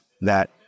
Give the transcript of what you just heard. that-